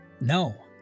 No